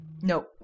No